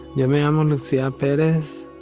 yeah um um um lucia perez